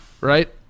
right